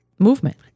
Movement